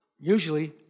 Usually